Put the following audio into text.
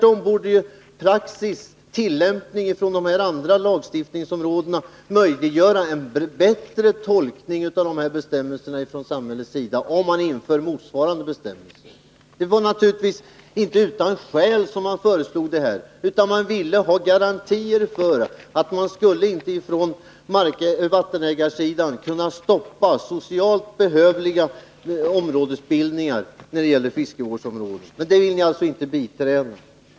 Jag tycker att praxis från de andra lagstiftningsområdena tvärtom borde underlätta en tolkning av motsvarande bestämmelser från samhällets sida på det här området. Det var naturligtvis inte utan skäl som man föreslog det här, utan man ville ha garantier för att vattenägarna inte skulle kunna stoppa socialt motiverade fiskevårdsområden. Men det vill ni alltså inte biträda.